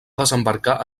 desembarcar